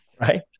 Right